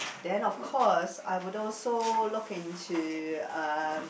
then of course I would also look into um